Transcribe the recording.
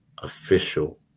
official